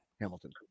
Hamilton